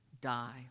die